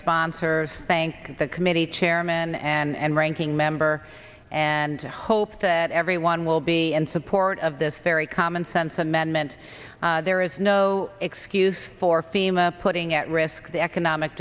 sponsors thank the committee chairman and ranking member and hope that everyone will be and support of this very commonsense amendment there is no excuse for fema putting at risk the economic